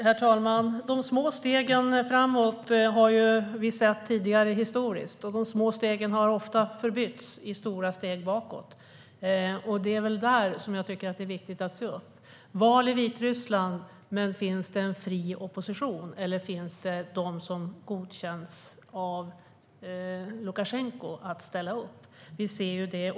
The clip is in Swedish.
Herr talman! De små stegen framåt har vi sett tidigare, men dessa små steg har ofta förbytts i stora steg bakåt. Det är därför viktigt att se upp. Finns det en fri opposition i valet i Vitryssland, eller finns bara de som godkänts av Lukasjenko att ställa upp?